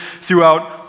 throughout